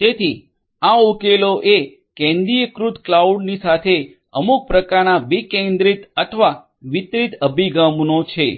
તેથી આ ઉકેલો એ કેન્દ્રીયકૃત ક્લાઉડની સાથે અમુક પ્રકારના વિકેન્દ્રિત અથવા વિતરિત અભિગમનો છે